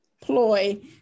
ploy